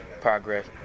progress